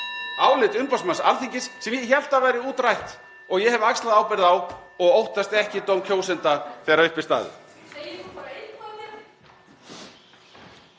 álit umboðsmanns Alþingis sem ég hélt að væri útrætt og ég hef axlað ábyrgð á og óttast ekki dóm kjósenda þegar upp er